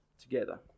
together